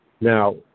Now